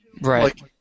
Right